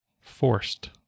forced